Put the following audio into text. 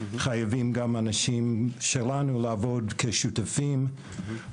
חייבים גם אנשים שלנו לעבוד כשותפים.